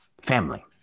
family